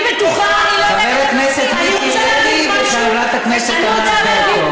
חבר הכנסת מיקי לוי וחברת הכנסת ענת ברקו,